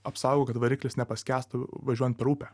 apsaugo kad variklis nepaskęstų važiuojant per upę